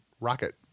rocket